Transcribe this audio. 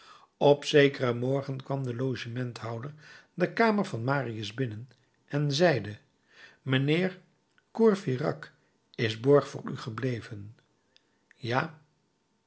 op zekeren morgen kwam de logementhouder de kamer van marius binnen en zeide mijnheer courfeyrac is borg voor u gebleven ja